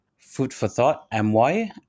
foodforthoughtmy